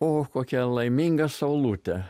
o kokia laiminga saulutė